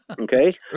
Okay